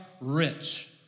rich